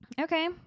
Okay